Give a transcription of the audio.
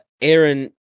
Aaron